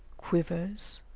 quivers,